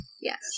Yes